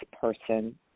person